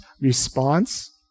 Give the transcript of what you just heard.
response